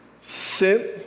sent